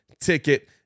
ticket